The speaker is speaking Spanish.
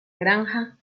granja